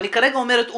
אני כרגע אומרת עובדות.